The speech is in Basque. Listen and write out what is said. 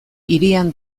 hirian